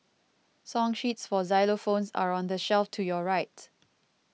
song sheets for xylophones are on the shelf to your right